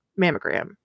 mammogram